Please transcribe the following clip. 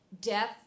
Death